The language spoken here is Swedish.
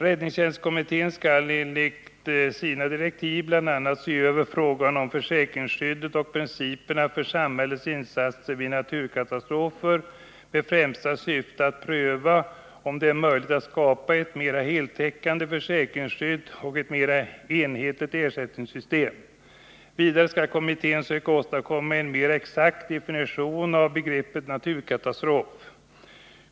Räddningstjänstkommittén skall enligt sina direktiv bl.a. se över frågan om försäkringsskyddet och principerna för samhällets insatser vid naturkatastrofer med främsta syfte att pröva om det är möjligt att skapa ett mer heltäckande försäkringsskydd och ett mer enhetligt ersättningssystem. Vidare skall kommittén söka åstadkomma en mera exakt definition av begreppet naturkatastrof.